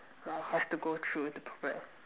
like I have to go through to progress